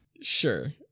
Sure